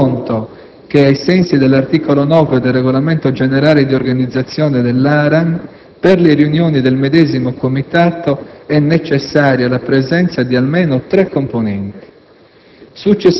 tenendo conto che, ai sensi dell'articolo 9 del regolamento generale di organizzazione dell'ARAN, per le riunioni del medesimo comitato è necessaria la presenza di almeno tre componenti.